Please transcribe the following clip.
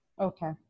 Okay